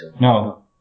No